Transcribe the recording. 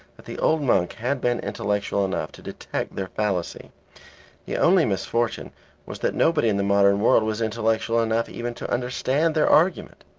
that the old monk had been intellectual enough to detect their fallacy the only misfortune was that nobody in the modern world was intellectual enough even to understand their argument.